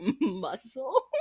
muscle